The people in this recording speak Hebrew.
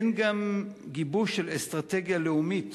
אין גם גיבוש של אסטרטגיה לאומית